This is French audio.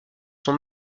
son